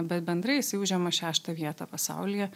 bet bendrai jisai užima šeštą vietą pasaulyje